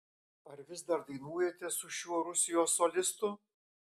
ar vis dar dainuojate su šiuo rusijos solistu